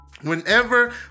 whenever